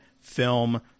film